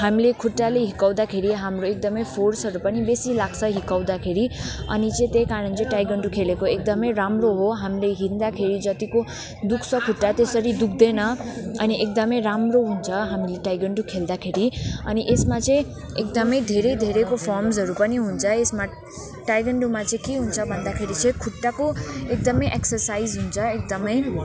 हामीले खुट्टाले हिर्काउदाखेरि हाम्रो एकदमै फोर्सहरू पनि बेसी लाग्छ हिर्काउदाखेरि अनि चाहिँ त्यहीकारण चाहिँ ताइक्वान्डो खेलेको एकदमै राम्रो हो हामीले हिँड्दाखेरि जतिको दुख्छ खुट्टा त्यसरी दुख्दैन अनि एकदमै राम्रो हुन्छ हामी ताइक्वान्डो खेल्दाखेरि अनि यसमा चाहिँ एकदमै धेरै धेरैको फम्सहरू पनि हुन्छ यसमा ताइक्वान्डोमा चाहिँ के हुन्छ भन्दाखेरि चाहिँ खुट्टाको एकदमै एक्सरसाइज हुन्छ एकदमै